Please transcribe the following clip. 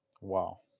Wow